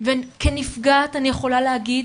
וכנפגעת אני יכולה להגיד,